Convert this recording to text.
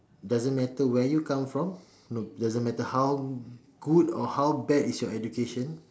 doesn't matter where you come from no doesn't matter how good or how bad is your education